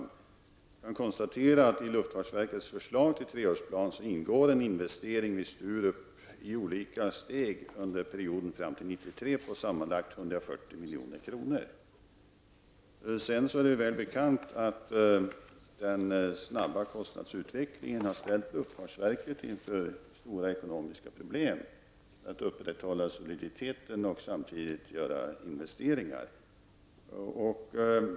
Jag kan konstatera att det i luftfartsverkets förslag till treårsplan ingår en investering vid Sturup i olika steg under perioden fram till 1993 på sammanlagt Sedan är det väl bekant att den snabba kostnadsutvecklingen har ställt luftfartsverket inför stora ekonomiska problem när det gäller att upprätthålla soliditeten och samtidigt göra investeringar.